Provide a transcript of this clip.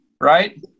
right